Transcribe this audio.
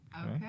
Okay